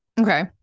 Okay